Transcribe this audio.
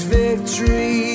victory